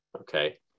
Okay